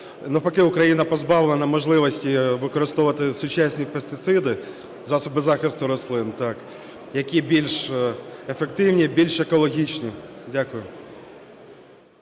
навпаки Україна позбавлена можливості використовувати сучасні пестициди, засоби захисту рослин, які більш ефективні, більш екологічні. Дякую.